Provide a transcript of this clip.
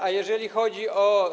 A jeżeli chodzi o.